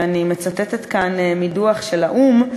ואני מצטטת כאן מדוח של האו"ם,